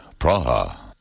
Praha